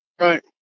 Right